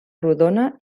rodona